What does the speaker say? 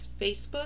Facebook